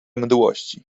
mdłości